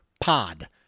pod